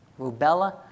Rubella